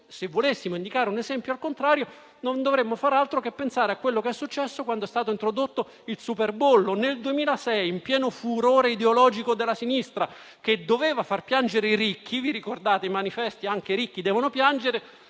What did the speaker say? Se volessimo indicare un esempio al contrario, non dovremmo far altro che pensare a quanto accaduto quando è stato introdotto il superbollo. Nel 2006, in pieno furore ideologico della sinistra, che doveva far piangere i ricchi - ricorderete il manifesto con la scritta: «Anche